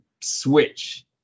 switch